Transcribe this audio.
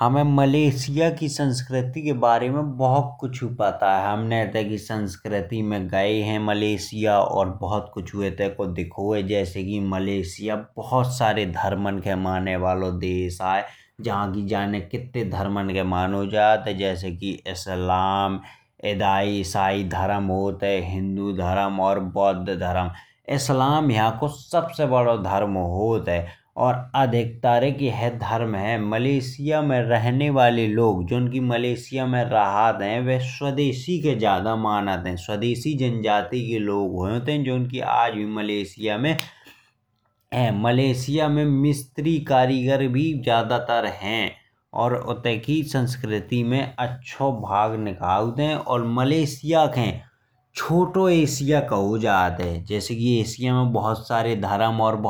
हमे मलेशिया की संस्कृति के बारे में बहुत कछु पता है हम मलेशिया गए हैं। और इत्ते को बहुत कछु पता है। यहाँ जाने कित्ते धर्मन के मानो जात है जैसे कि इस्लाम इसाई धर्म। हिन्दू धर्म और बौद्ध धर्म इस्लाम यहाँ को सबसे बड़ो धर्म होत है। मलेशिया में रहने वाले लोग मतलब जोन की मलेशिया में रहै वाले लोग हैं। स्वदेशी के ज़्यादा मानत हैं, स्वदेशी जनजाति के लोग होत हैं। जोन की आज भी मलेशिया में मिसत्री कारीगर भी ज़्यादातर हैं। और उत्ते की संस्कृति में अच्छो भाग निभौत हैं। मलेशिया को मिनी एशिया कहो जात है। जैसे कि एशिया में बहुत सारे धर्म और